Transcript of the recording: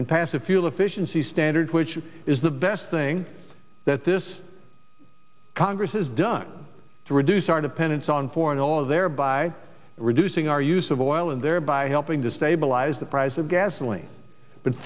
and pass a fuel efficiency standards which is the best thing that this congress has done to reduce our dependence on foreign oil thereby reducing our use of oil and thereby helping to stabilize the price of gasoline but